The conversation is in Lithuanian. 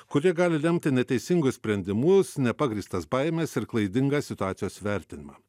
kurie gali lemti neteisingus sprendimus nepagrįstas baimes ir klaidingą situacijos vertinimą